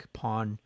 pawn